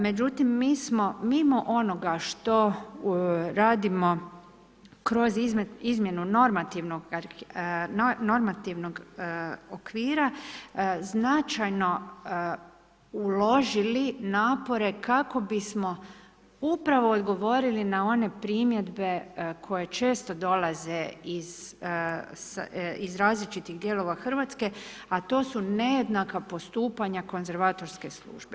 Međutim, mi smo mimo onoga što radimo kroz izmjenu normativnog okvira značajno uložili napore kako bismo upravo odgovorili na one primjedbe koje često dolaze iz različitih dijelova Hrvatske a to su nejednaka postupanja konzervatorske službe.